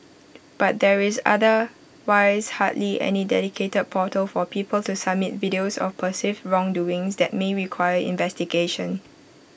but there is otherwise hardly any dedicated portal for people to submit videos of perceived wrongdoing that may require investigation